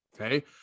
Okay